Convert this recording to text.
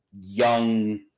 young